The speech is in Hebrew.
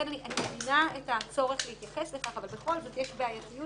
לכן אני מבינה את הצורך להתייחס לכך אבל בכל זאת יש בעייתיות